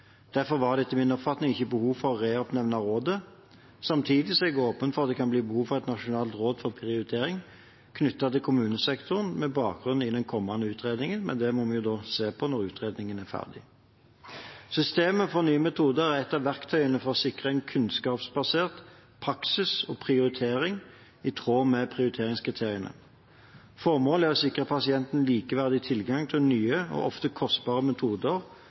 Derfor var det etter min oppfatning ikke noe behov for å reoppnevne rådet. Samtidig er jeg åpen for at det kan bli behov for et nasjonalt råd for prioritering knyttet til kommunesektoren med bakgrunn i den kommende utredningen. Men det må vi se på når utredningen er ferdig. System for nye metoder er ett av verktøyene for å sikre kunnskapsbasert praksis og prioritering i tråd med prioriteringskriteriene. Formålet er å sikre pasientene likeverdig tilgang til nye og ofte kostbare metoder